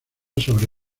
sobre